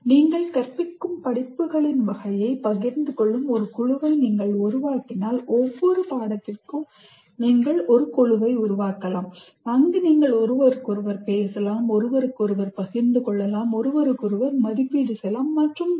நீங்கள் கற்பிக்கும் படிப்புகளின் வகையைப் பகிர்ந்து கொள்ளும் ஒரு குழுவை நீங்கள் உருவாக்கினால் ஒவ்வொரு பாடத்திற்கும் நீங்கள் ஒரு குழுவை உருவாக்கலாம் அங்கு நீங்கள் ஒருவருக்கொருவர் பேசலாம் ஒருவருக்கொருவர் பகிர்ந்து கொள்ளலாம் ஒருவருக்கொருவர் மதிப்பீடு செய்யலாம் மற்றும் பல